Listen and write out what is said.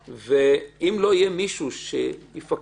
ואם לא יהיה מישהו שיפקח,